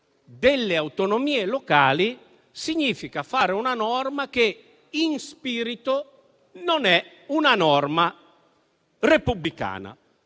delle autonomie locali, significa fare una norma che, in spirito, non è repubblicana,